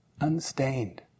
unstained